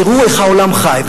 תראו איך העולם חי.